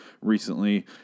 recently